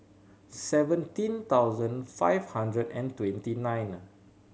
seventeen thousand five hundred and twenty nine